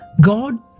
God